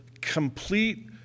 complete